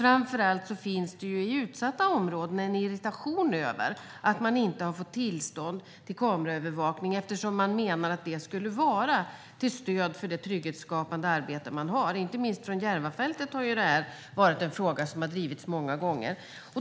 Framför allt finns det i utsatta områden en irritation över att man inte har fått tillstånd för kameraövervakning eftersom man menar att det skulle vara till stöd för det trygghetsskapande arbete man bedriver. Inte minst från Järvafältet har det här varit en fråga som har drivits många gånger.